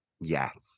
Yes